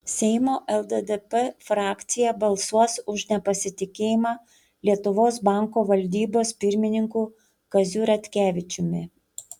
seimo lddp frakcija balsuos už nepasitikėjimą lietuvos banko valdybos pirmininku kaziu ratkevičiumi